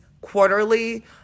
quarterly